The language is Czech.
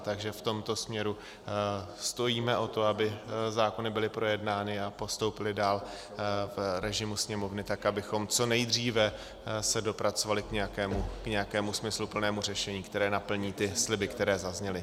Takže v tomto směru stojíme o to, aby zákony byly projednány a postoupily dál v režimu Sněmovny tak, abychom se co nejdříve dopracovali k nějakému smysluplnému řešení, které naplní ty sliby, které zazněly.